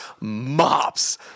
mops